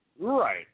Right